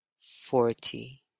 forty